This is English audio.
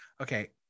Okay